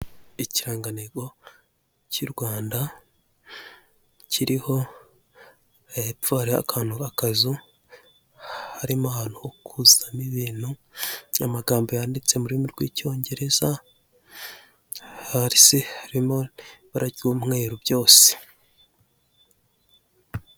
Ikirangantego cy'u Rwanda kiriho, hepfo hariho akantu k'akazu. Harimo ahantu ho kuzuzamo ibintu, amagambo yanditse mu rurimi rw'Icyongereza, hasi harimo ibara ry'umweru byose.